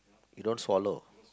you don't swallow